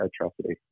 atrocity